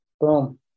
Boom